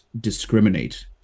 discriminate